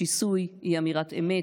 השיסוי, אי-אמירת אמת,